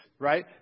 right